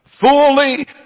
fully